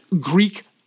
Greek